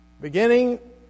Beginning